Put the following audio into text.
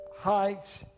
hikes